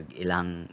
ilang